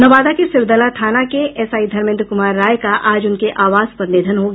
नवादा के सिरदला थाना के एसआई धर्मेन्द्र कुमार राय का आज उनके आवास पर निधन हो गया